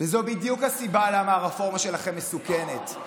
וזו בדיוק הסיבה למה הרפורמה שלכם מסוכנת.